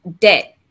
debt